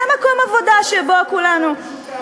זה מקום עבודה שבו כולנו,